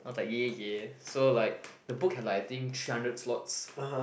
I was like ya ya so like the book had like I think three hundred slots